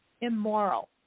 immoral